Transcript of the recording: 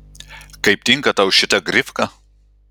kaip tinka tau šita grifka